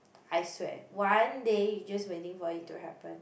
I swear one day you're just waiting for it to happen